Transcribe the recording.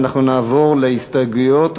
ואנחנו נעבור להסתייגויות.